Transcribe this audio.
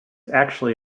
actually